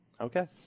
Okay